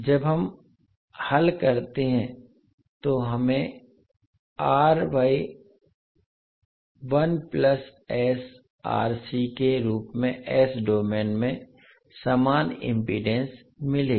जब हम हल करते हैं कि हमें के रूप में s डोमेन में समान इम्पीडेन्स मिलेगी